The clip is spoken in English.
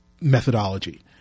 methodology